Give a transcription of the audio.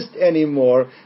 anymore